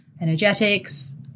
energetics